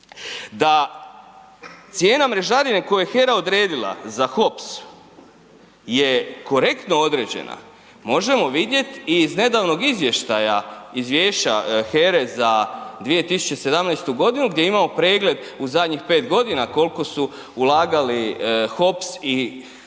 Da cijena mrežarine koju je HERA odredila HOPS je korektno određena možemo vidjeti i iz nedavnog izvještaja, izvješća HERE za 2017. godinu gdje imamo pregled u zadnjih 5 godina koliko su ulagali HOP i HEP